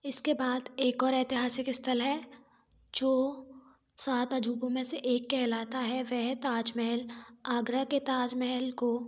इसके बाद एक और ऐतिहासिक स्थल है जो सात अजूबों में से एक कहलाता है वह है ताजमहल आगरा के ताजमहल को